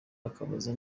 akabaza